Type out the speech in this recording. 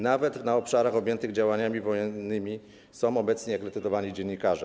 Nawet na obszarach objętych działaniami wojennymi są obecnie akredytowani dziennikarze.